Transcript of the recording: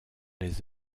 les